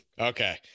Okay